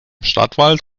stadtwald